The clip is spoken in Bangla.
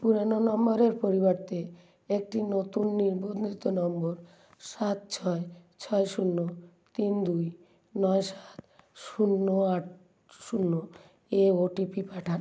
পুরোনো নম্বরের পরিবর্তে একটি নতুন নিবদ্ধিত নম্বর সাত ছয় ছয় শূন্য তিন দুই নয় সাত শূন্য আট শূন্য এ ও টি পি পাঠান